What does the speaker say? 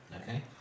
Okay